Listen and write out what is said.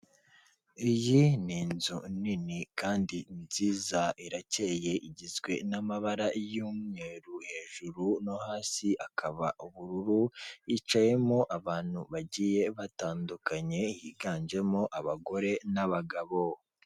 Iyi ni inzu nini kandi nziza irakeyeye igizwe n'amabara y'umweru, hejuru no hasi akaba ubururu hicayemo abantu bagiye batandukanye higanjemo abagore n'abagabo.